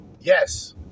Yes